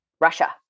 Russia